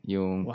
Yung